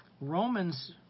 Romans